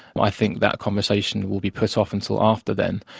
i think that conversation will be put off until after then.